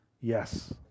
Yes